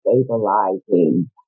stabilizing